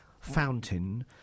Fountain